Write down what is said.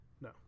no